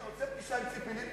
אתה רוצה פגישה עם ציפי לבני?